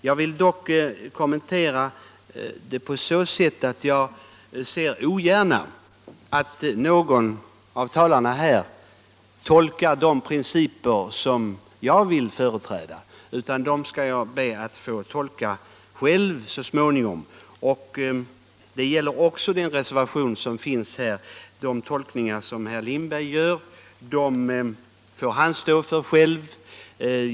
Jag ser emellertid ogärna att någon av talarna här tolkar de principer jag vill företräda. Det skall jag be att få göra själv så småningom. Det gäller också den reservation som är fogad till betänkandet. Herr Lindberg får stå för sina tolkningar själv.